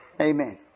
Amen